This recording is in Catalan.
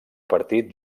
partit